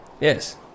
Yes